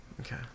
okay